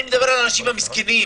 אני מדבר על האנשים המסכנים.